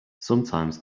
sometimes